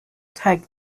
tag